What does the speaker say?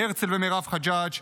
הרצל ומירב חג'אג',